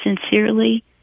sincerely